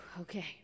okay